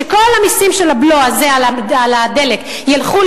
שכל המסים של הבלו הזה על הדלק ילכו